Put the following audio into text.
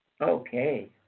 Okay